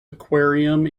aquarium